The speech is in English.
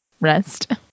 rest